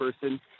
person